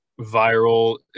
viral